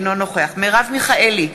אינו נוכח מרב מיכאלי,